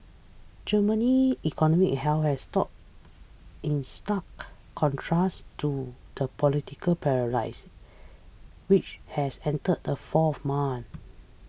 Germany's economic health has stood in stark contrast to the political paralysis which has entered a fourth month